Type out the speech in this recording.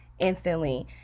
instantly